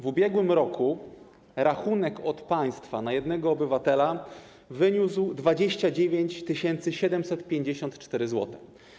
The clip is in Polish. W ubiegłym roku rachunek od państwa na jednego obywatela wyniósł 29 754 zł.